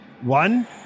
One